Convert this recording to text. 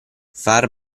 far